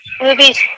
movies